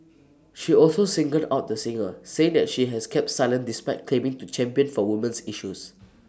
she also singled out the singer say that she has kept silent despite claiming to champion for woman's issues